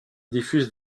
diffuse